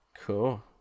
cool